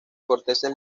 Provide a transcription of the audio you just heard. corteza